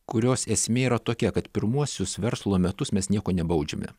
kurios esmė yra tokia kad pirmuosius verslo metus mes nieko nebaudžiame